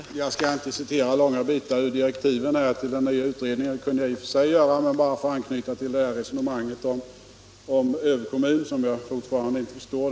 Herr talman! Jag skall inte citera långa bitar ur direktiven till den nya utredningen, även om jag i och för sig kunde göra det; jag vill bara anknyta till resonemanget om överkommuner, som jag fortfarande inte förstår.